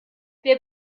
wer